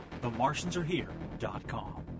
themartiansarehere.com